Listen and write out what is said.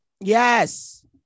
Yes